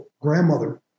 grandmother